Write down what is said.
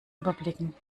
überblicken